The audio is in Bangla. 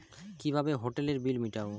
কিভাবে হোটেলের বিল মিটাব?